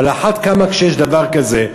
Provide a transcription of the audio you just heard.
אבל על אחת כמה כשיש דבר כזה,